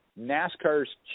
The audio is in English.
NASCAR's